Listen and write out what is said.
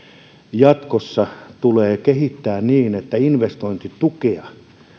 jatkossa tulee kehittää niin että investointitukea